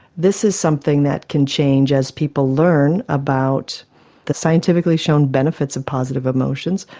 this is something that can change as people learn about the scientifically shown benefits of positive emotions,